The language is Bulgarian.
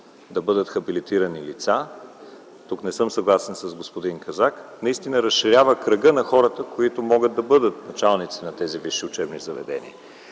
да бъдат хабилитирани лица – тук не съм съгласен с господин Казак – наистина се разширява кръгът на хората, които могат да бъдат началници на тези висши учебни заведения.